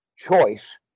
choice